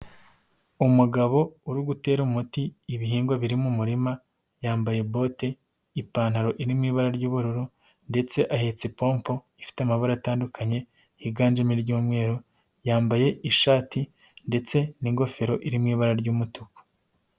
Umugabo uri gutera umuti ibihingwa biri mu murima. Yambaye bote, ipantaro iri mu ibara ry'ubururu ndetse ahetse ipompo ifite amabara atandukanye, yiganjemo ibara ry'umweru. Yambaye ishati ndetse n'ingofero iri mu ibara ry'umutuku.